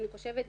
אני חושבת,